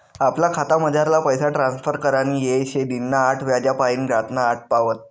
आपला खातामझारला पैसा ट्रांसफर करानी येय शे दिनना आठ वाज्यापायीन रातना आठ पावत